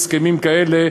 הסכמים כאלה,